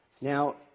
Now